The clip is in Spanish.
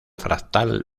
fractal